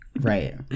Right